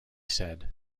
said